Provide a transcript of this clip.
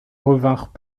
revinrent